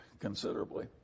considerably